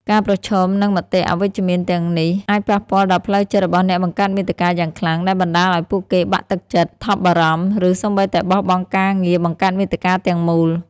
ការប្រឈមនឹងមតិអវិជ្ជមានទាំងនេះ អាចប៉ះពាល់ដល់ផ្លូវចិត្តរបស់អ្នកបង្កើតមាតិកាយ៉ាងខ្លាំង ដែលបណ្ដាលឲ្យពួកគេបាក់ទឹកចិត្ត ថប់បារម្ភ ឬសូម្បីតែបោះបង់ការងារបង្កើតមាតិកាទាំងមូល។